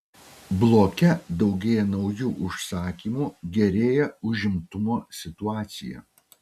bloke daugėja naujų užsakymų gerėja užimtumo situacija